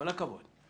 כל הכבוד.